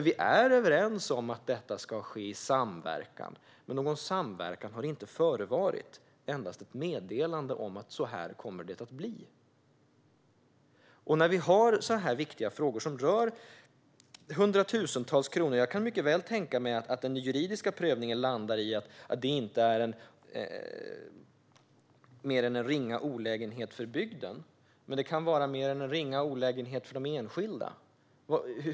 Vi är överens om att detta ska ske i samverkan. Någon samverkan har dock inte förevarit - endast ett meddelande om hur det kommer att bli. I en sådan här viktig fråga, som rör hundratusentals kronor, kan jag mycket väl tänka mig att den juridiska prövningen landar i att det inte är mer än en ringa olägenhet för bygden, men det kan vara mer än en ringa olägenhet för de enskilda.